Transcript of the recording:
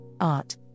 art